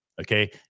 okay